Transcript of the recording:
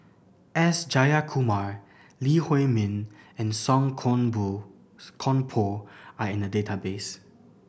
S Jayakumar Lee Huei Min and Song Koon Poh Koon Poh are in the database